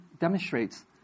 demonstrates